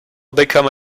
become